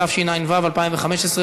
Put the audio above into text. התשע"ו 2015,